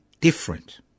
different